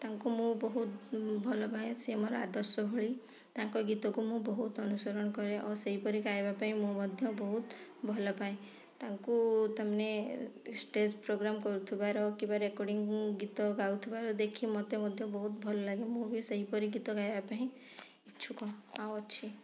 ତାଙ୍କୁ ମୁଁ ବହୁତ ଭଲ ପାଏ ସେ ମୋର ଆଦର୍ଶ ଭଳି ତାଙ୍କ ଗୀତକୁ ମୁଁ ବହୁତ ଅନୁସରଣ କରେ ଓ ସେହି ପରି ଗାଇବା ପାଇଁ ମୁଁ ମଧ୍ୟ ବହୁତ ଭଲ ପାଏ ତାଙ୍କୁ ତା ମାନେ ଷ୍ଟେଜ୍ ପୋଗ୍ରାମ୍ କରୁଥିବାର କିମ୍ବା ରେକଡ଼ିଙ୍ଗ୍ ଗୀତ ଗାଉଥିବାର ଦେଖି ମୋତେ ମଧ୍ୟ ବହୁତ ଭଲ ଲାଗେ ମୁଁ ବି ସେହି ପରି ଗୀତ ଗାଇବା ପାଇଁ ଇଛୁକ ଆଉ ଅଛି